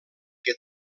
què